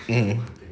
mm